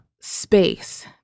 space